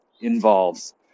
involves